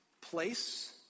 place